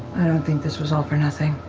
think this was all for nothing.